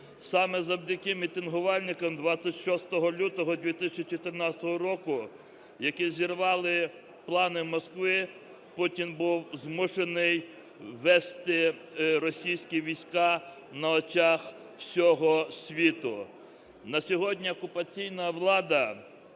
Саме завдяки мітингувальникам 26 лютого 2014 року, які зірвали плани Москви, Путін був змушений ввести російські війська на очах всього світу. На сьогодні окупаційна влада